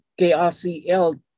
KRCL